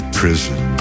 prison